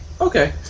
okay